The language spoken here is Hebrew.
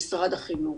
משרד החינוך,